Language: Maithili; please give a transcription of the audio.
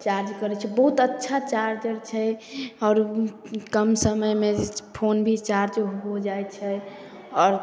चार्ज करै छियै बहुत अच्छा चार्जर छै आओर कम समयमे फोन भी चार्ज हो जाइ छै आओर